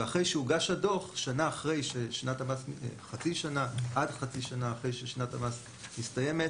ואחרי שהוגש הדוח עד חצי שנה אחרי ששנת המס מסתיימת